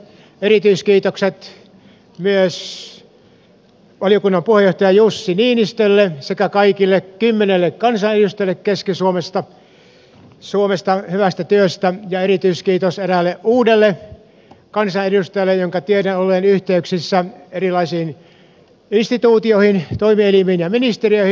erityiskiitokset myös valiokunnan puheenjohtaja jussi niinistölle sekä kaikille kymmenelle kansanedustajalle keski suomesta hyvästä työstä ja erityiskiitos eräälle uudelle kansanedustajalle jonka tiedän olleen yhteyksissä erilaisiin instituutioihin toimielimiin ja ministeriöihin